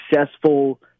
successful